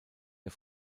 der